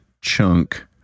chunk